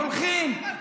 הולכים,